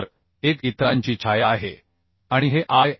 तर एक इतरांची छाया आहे आणि हे आय